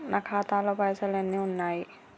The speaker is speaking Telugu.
నా ఖాతాలో పైసలు ఎన్ని ఉన్నాయి?